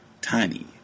tiny